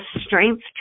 strength